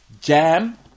jam